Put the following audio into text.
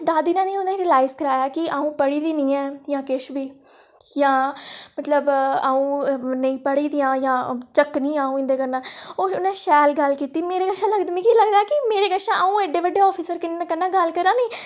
दादी नै बी उ'नें ई रियलाइज़ निं कराया कि अ'ऊं पढ़ी दी निं ऐ जां किश बी जां मतलब अ'ऊं नेईं पढी दी आं जां झक्कनी आं अ'ऊं इंदें' कन्नै उ'नें शैल गल्ल कीती मिगी लगदा मेरे शा अ'ऊं एड्डे बड्डे आफॅिसर कन्नै गल्ल करा निं